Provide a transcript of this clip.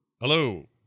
Hello